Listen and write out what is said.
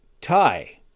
tie